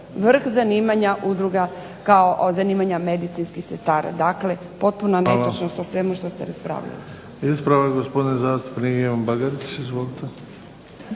vrh zanimanja udruga kao zanimanja medicinskih sestara. Dakle, potpuna netočnost o svemu što ste raspravljali.